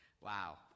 Wow